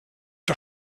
der